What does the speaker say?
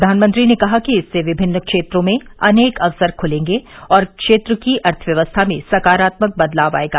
प्रधानमंत्री ने कहा कि इससे विभिन्न क्षेत्रों में अनेक अवसर खुलेंगे और क्षेत्र की अर्थव्यवस्था में सकारात्मक बदलाव आएगा